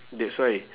that's why